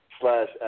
slash